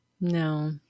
No